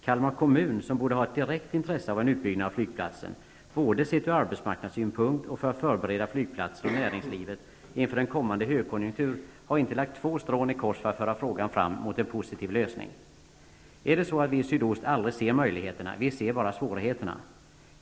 Kalmar kommun, som borde ha ett direkt intresse av en utbyggnad av flygplatsen, både sett ur arbetsmarknadssynpunkt och för att förbereda flygplatsen och näringslivet inför en kommande högkonjunktur, har inte lagt två strån i kors för att föra frågan fram mot en positiv lösning. Är det så att vi i sydost aldrig ser möjligheterna -- vi ser bara svårigheterna.